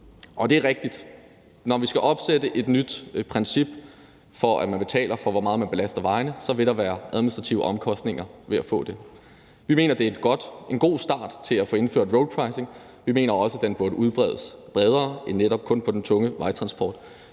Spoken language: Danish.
Og det er rigtigt, at når vi skal opstille et nyt princip for, at man betaler for, hvor meget man belaster vejene, vil der være administrative omkostninger ved det. Vi mener, det er en god start i forhold til at få indført roadpricing. Vi mener også, det burde udbredes bredere end netop kun til den tunge vejtransport,